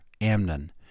Amnon